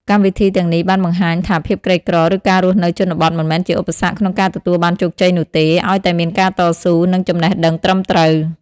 កម្មវិធីទាំងនេះបានបង្ហាញថាភាពក្រីក្រ ឬការរស់នៅជនបទមិនមែនជាឧបសគ្គក្នុងការទទួលបានជោគជ័យនោះទេ ឲ្យតែមានការតស៊ូ និងចំណេះដឹងត្រឹមត្រូវ។